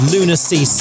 Lunacy